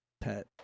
pet